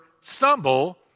stumble